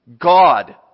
God